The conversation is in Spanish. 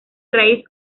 raíz